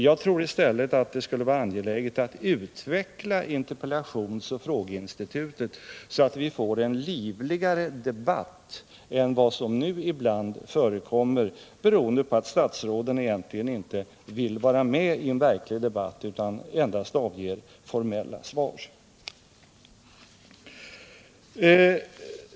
Jag tror i stället att det skulle vara angeläget att utveckla interpellationsoch frågeinstitutet, så att vi får en livligare debatt än vad som nu ibland förekommer, beroende på att statsråden egentligen inte vill vara med i en verklig debatt utan endast avger formella svar.